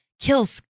kills